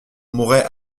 mouret